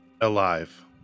alive